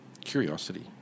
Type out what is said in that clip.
curiosity